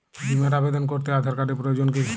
বিমার আবেদন করতে আধার কার্ডের প্রয়োজন কি?